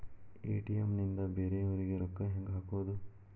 ATM ನಿಂದ ಬೇರೆಯವರಿಗೆ ರೊಕ್ಕ ಹೆಂಗ್ ಹಾಕೋದು?